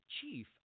chief